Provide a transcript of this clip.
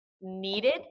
needed